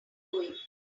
going